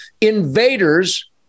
Invaders